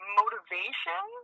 motivation